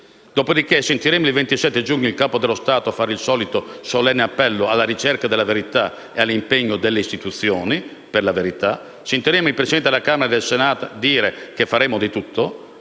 Dopodiché, il 27 giugno sentiremo il Capo dello Stato fare il solito solenne appello alla ricerca della verità e all'impegno delle istituzioni per la verità. Sentiremo i Presidenti della Camera dei deputati e del Senato dire che faremo di tutto,